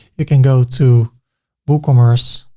you can go to woocommerce